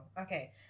Okay